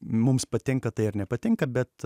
mums patinka tai ar nepatinka bet